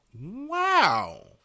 wow